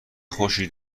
خوشی